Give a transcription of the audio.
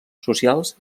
socials